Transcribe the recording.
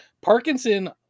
Parkinson